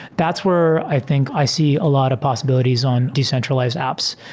that's where i think i see a lot of possibilities on decentralized apps.